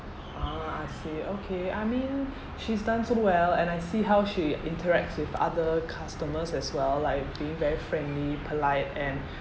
ah I see okay I mean she's done so well and I see how she interacts with other customers as well like being very friendly polite and